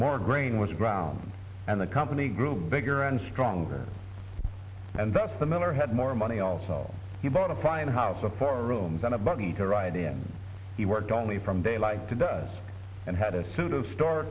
more grain was ground and the company grew bigger and stronger and thus the miller had more money also he bought a fine house of four rooms and a bunny to ride in he worked only from day like to does and had a suit of star